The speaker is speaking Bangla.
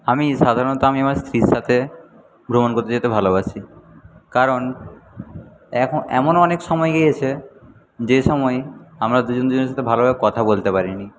আমি সাধারণত আমি আমার স্ত্রীর সাথে ভ্রমণ করতে যেতে ভালোবাসি কারণ এখন এমনও অনেক সময় গিয়েছে যে সময় আমরা দুজন দুজনের সাথে ভালোভাবে কথা বলতে পারিনি